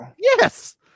yes